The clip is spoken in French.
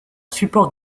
supports